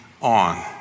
on